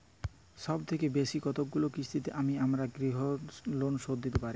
সবথেকে বেশী কতগুলো কিস্তিতে আমি আমার গৃহলোন শোধ দিতে পারব?